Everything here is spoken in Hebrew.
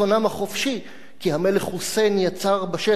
כי המלך חוסיין יצר בשטח "מגנט שלילי"